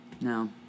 no